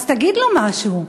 אז תגיד לו משהו.